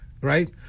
right